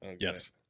Yes